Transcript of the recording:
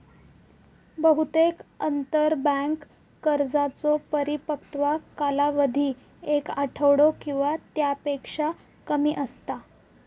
बहुतेक आंतरबँक कर्जांचो परिपक्वता कालावधी एक आठवडो किंवा त्यापेक्षा कमी असता